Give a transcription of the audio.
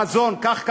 סל המזון, כך קבעתם,